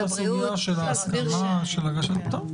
יש פה גם את הסוגיה של ההסכמה, של הגשת תלונה.